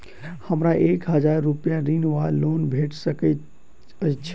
हमरा एक हजार रूपया ऋण वा लोन भेट सकैत अछि?